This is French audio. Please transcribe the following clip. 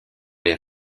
les